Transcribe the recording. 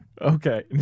Okay